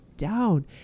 down